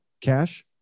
cash